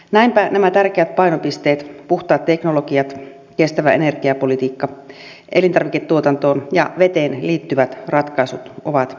näinpä nämä tärkeät painopisteet puhtaat teknologiat kestävä energiapolitiikka elintarviketuotantoon ja veteen liittyvät ratkaisut ovat välttämättömiä